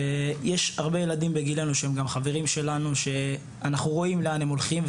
יש הרבה ילדים בגילינו שגם חברים שלנו שאנחנו רואים לאן הם הולכים,